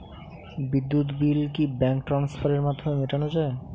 বিদ্যুৎ বিল কি ব্যাঙ্ক ট্রান্সফারের মাধ্যমে মেটানো য়ায়?